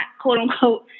quote-unquote